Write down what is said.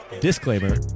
disclaimer